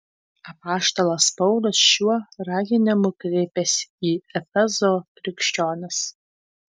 apaštalas paulius šiuo raginimu kreipiasi į efezo krikščionis